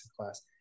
class